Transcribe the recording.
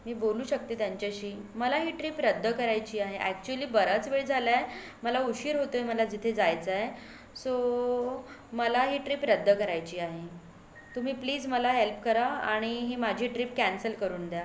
मी बोलू शकते त्यांच्याशी मला ही ट्रिप रद्द करायची आहे ऍक्च्युली बराच वेळ झाला आहे मला उशीर होतोय मला जिथे जायचं आहे सो मला ही ट्रिप रद्द करायची आहे तुम्ही प्लिज मला हेल्प करा आणि ही माझी ट्रिप कॅन्सल करून द्या